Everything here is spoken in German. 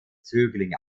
zögling